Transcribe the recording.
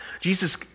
Jesus